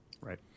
Right